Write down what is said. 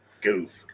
goof